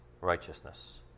righteousness